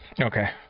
Okay